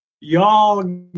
Y'all